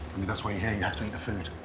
that's why you're here. you have to eat the food.